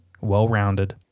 well-rounded